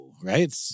Right